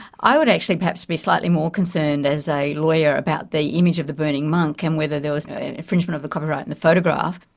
i would perhaps be slightly more concerned as a lawyer about the image of the burning monk and whether there was an infringement of the copyright in the photograph.